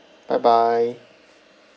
bye bye